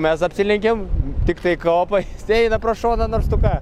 mes apsilenkėm tiktai kopa jis eina pro šoną nors tu ką